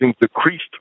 decreased